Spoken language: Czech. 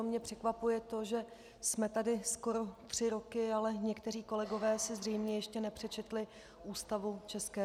Mě překvapuje to, že jsme tady skoro tři roky, ale někteří kolegové si zřejmě ještě nepřečetli Ústavu ČR.